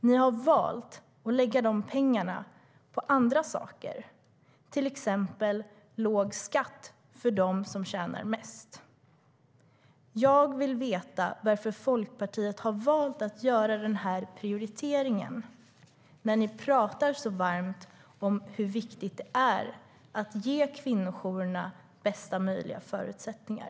Ni har valt att lägga pengarna på andra saker, till exempel låg skatt för dem som tjänar mest. Jag vill veta varför Folkpartiet har valt att göra den prioriteringen när ni pratar så varmt om hur viktigt det är att ge kvinnojourerna bästa möjliga förutsättningar.